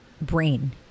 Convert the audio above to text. brain